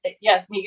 yes